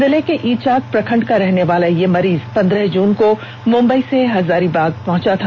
जिले के इचाक प्रखंड का रहने वाला यह मरीज पन्द्रह जून को मुंबई से हजारीबाग पहुंचा था